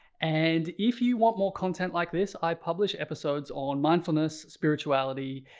and if you want more content like this, i publish episodes on mindfulness, spirituality,